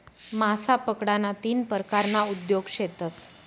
मासा पकडाना तीन परकारना उद्योग शेतस